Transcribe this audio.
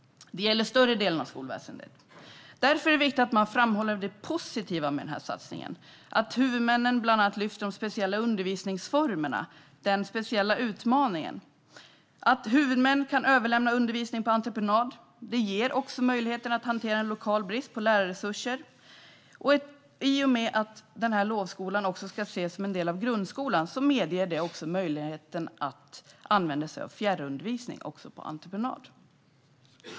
Det gäller större delen av skolväsendet. Därför är det viktigt att man framhåller det positiva med denna satsning, bland annat att huvudmännen lyfter fram de speciella undervisningsformerna - den speciella utmaningen. Att huvudmän kan överlämna undervisning på entreprenad ger också möjligheter att hantera en lokal brist på lärarresurser. I och med att lovskolan också ska ses som en del av grundskolan medger det möjlighet att använda sig av fjärrundervisning även på entreprenad.